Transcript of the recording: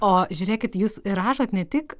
o žiūrėkit jūs rašot ne tik